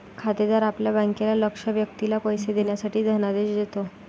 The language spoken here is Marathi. खातेदार आपल्या बँकेला लक्ष्य व्यक्तीला पैसे देण्यासाठी धनादेश देतो